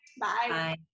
Bye